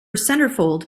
centerfold